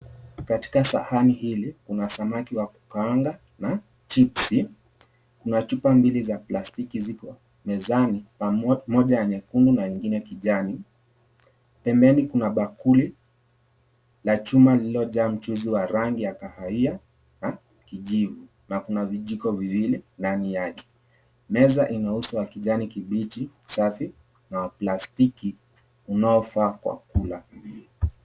Katika sahani hili kuna samaki wa kukaanga na chipsi, kuna chupa mbili za plastiki ziko mezani, moja nyekundu na nyingine ya kijani. Pembeni kuna bakuli la chuma lililojaa mchuzi wa rangi ya kahawia na kijivu na kuna vijiko viwili ndani yake. Meza ina uso wa kijani kibichi, safi na uplastiki unaofaa kwa kula.